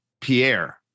Pierre